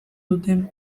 duten